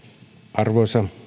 arvoisa